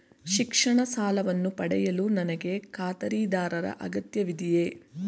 ಶಿಕ್ಷಣ ಸಾಲವನ್ನು ಪಡೆಯಲು ನನಗೆ ಖಾತರಿದಾರರ ಅಗತ್ಯವಿದೆಯೇ?